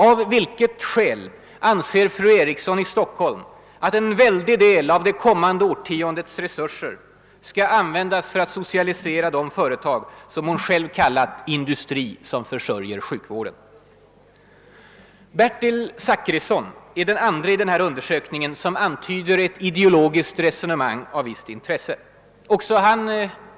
Av vilket skäl anser fru Eriksson i Stockholm att en väldig del av det kommande årtiondets resurser skall användas för att socialisera de företag som hon själv kallat »industri som försörjer sjukvården»? Bertil Zachrisson är den andre i den här undersökningen som antyder ett ideologiskt resonemang av visst intresse.